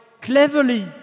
cleverly